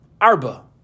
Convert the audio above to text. arba